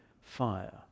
fire